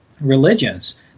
religions